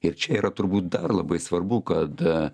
ir čia yra turbūt dar labai svarbu kad